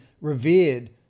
revered